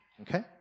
Okay